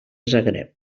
zagreb